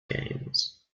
games